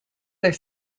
their